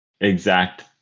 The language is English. exact